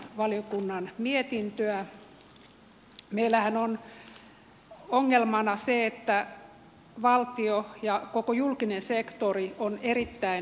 meillähän on ongelmana se että valtio ja koko julkinen sektori on erittäin velkaantunut